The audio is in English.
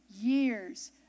Years